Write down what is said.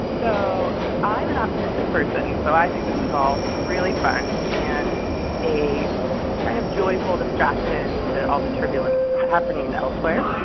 so i'm an optimistic person. so i think this is all really fun and a kind of joyful distraction to all the turbulence happening elsewhere.